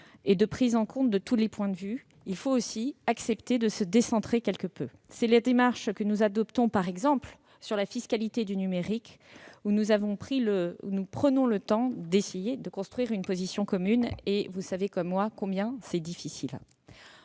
et de prise en compte de tous les points de vue. Il faut aussi accepter de se décentrer quelque peu. C'est la démarche que nous adoptons, par exemple, sur la fiscalité du numérique, pour laquelle nous prenons le temps d'essayer de construire une position commune. Vous savez comme moi combien c'est difficile.